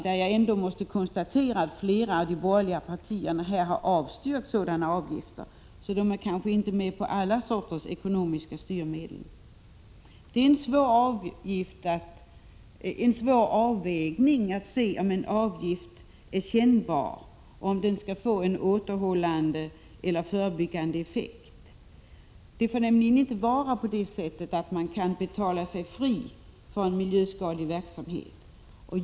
Men jag måste ändå konstatera att flera av de borgerliga partierna här har avstyrkt förslag om sådana avgifter; de är alltså kanske inte för alla slags ekonomiska styrmedel! Det är en svår avvägning man måste göra när man skall bedöma om en = Prot. 1986/87:31 avgift är kännbar och om den kan få en återhållande eller förebyggande 20 november 1986 effekt. Det får nämligen inte vara på det sättet att man kan betala sig frifören = Arja og oo miljöskadlig verksamhet.